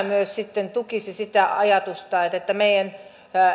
myös tämä sitten tukisi sitä ajatusta että että meidän